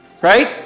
Right